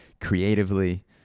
creatively